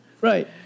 Right